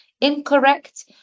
incorrect